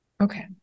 Okay